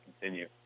continue